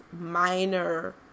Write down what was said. minor